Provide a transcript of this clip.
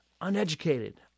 Uneducated